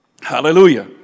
Hallelujah